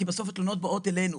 כי בסוף התלונות באות אלינו.